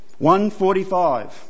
145